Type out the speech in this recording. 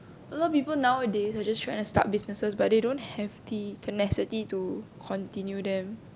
a lot of people nowadays are just trying to start businesses but they don't have the tenacity to continue them